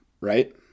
right